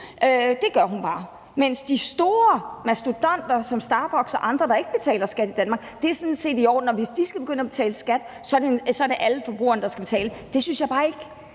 hun gør, men når de store mastodonter som Starbucks og andre ikke betaler skat i Danmark, så er det sådan set i orden, for hvis de skal begynde at betale skat, så er det alle forbrugerne, der skal betale. Sådan synes jeg bare ikke